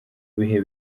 bihe